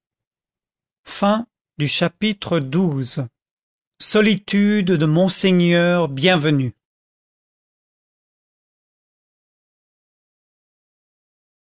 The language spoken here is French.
chapitre xii solitude de monseigneur bienvenu